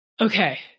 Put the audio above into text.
okay